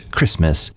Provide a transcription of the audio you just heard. Christmas